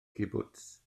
cibwts